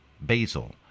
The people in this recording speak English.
basil